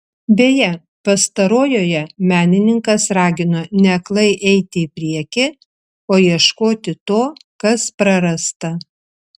beje pastarojoje menininkas ragino ne aklai eiti į priekį o ieškoti to kas prarasta